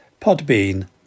podbean